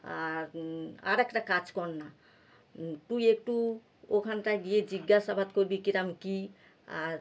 আর আর একটা কাজ কর না তুই একটু ওখানটায় গিয়ে জিজ্ঞাসাবাদ করবি কিরম কী আর